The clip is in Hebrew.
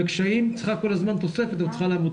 בקשיים, צריכה כל הזמן תוספת אבל מצליחה לעבוד.